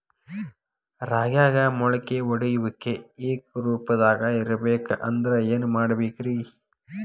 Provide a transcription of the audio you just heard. ರಾಗ್ಯಾಗ ಮೊಳಕೆ ಒಡೆಯುವಿಕೆ ಏಕರೂಪದಾಗ ಇರಬೇಕ ಅಂದ್ರ ಏನು ಮಾಡಬೇಕ್ರಿ?